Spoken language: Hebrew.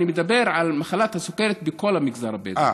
אני מדבר על מחלת הסוכרת בכל המגזר הבדואי.